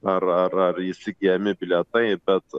ar ar ar įsigyjami bilietai bet